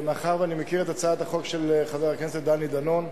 מאחר שאני מכיר את הצעת החוק של חבר הכנסת דני דנון,